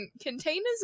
containers